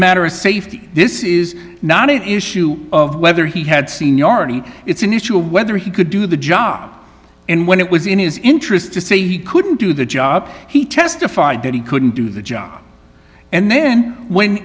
matter of safety this is not it is shoe of whether he had seniority it's an issue of whether he could do the job and when it was in his interest to say he couldn't do the job he testified that he couldn't do the job and then when